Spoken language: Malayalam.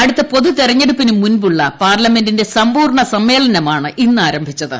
അടുത്ത പൊതു തിരുടിഞ്ഞടുപ്പിനു മുമ്പുള്ള പാർലമെന്റിന്റെ സമ്പൂർണ സമ്മേളന്മൂർണ് ഇന്ന് ആരംഭിച്ചത്